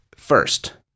First